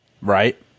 Right